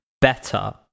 better